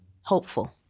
hopeful